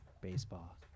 baseball